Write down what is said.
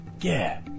Yeah